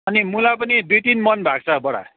अनि मुला पनि दुई तिन मन भएको छ बडा